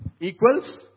equals